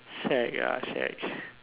shag ah shag